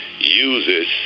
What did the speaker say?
uses